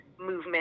movement